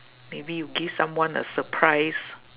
maybe give someone a surprise